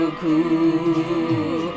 cool